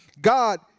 God